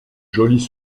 jolis